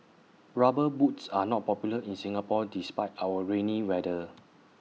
rubber boots are not popular in Singapore despite our rainy weather